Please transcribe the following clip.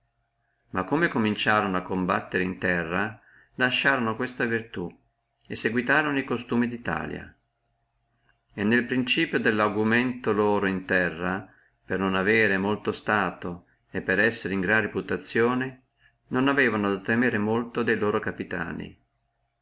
ma come cominciorono a combattere in terra lasciorono questa virtù e seguitorono e costumi delle guerre di italia e nel principio dello augumento loro in terra per non avere molto stato e per essere in grande reputazione non aveano da temere molto de loro capitani